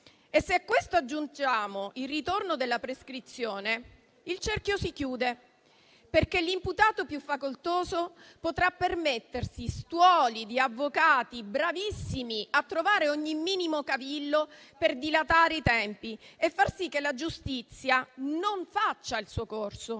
Se a questo aggiungiamo il ritorno della prescrizione, il cerchio si chiude. L'imputato più facoltoso potrà permettersi infatti stuoli di avvocati bravissimi a trovare ogni minimo cavillo per dilatare i tempi e far sì che la giustizia non faccia il proprio corso.